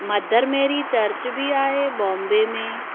mother Mary church बि आहे बॉम्बे में